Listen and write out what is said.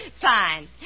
Fine